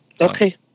Okay